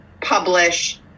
publish